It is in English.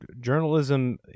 Journalism